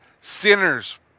sinners